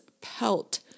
pelt